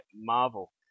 Marvel